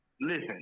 Listen